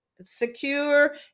secure